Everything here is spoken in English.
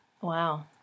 Wow